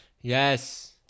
Yes